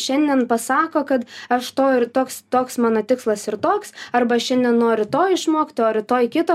šiandien pasako kad aš to ir toks toks mano tikslas ir toks arba šiandien nori to išmokti o rytoj kito